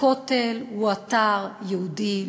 הכותל הוא אתר יהודי.